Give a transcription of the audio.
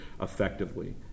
effectively